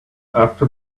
after